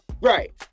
Right